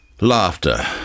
Laughter